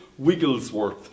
Wigglesworth